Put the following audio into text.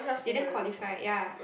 didn't qualify ya